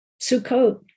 Sukkot